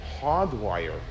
hardwire